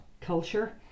culture